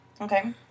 Okay